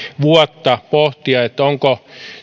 vuotta pohtia sopiiko